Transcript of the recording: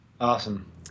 Awesome